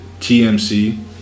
TMC